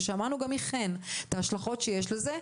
ושמענו גם מחן קוגל את ההשלכות שיש לזה,